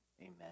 amen